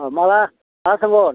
अह माला माला थांगन